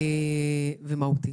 תמר,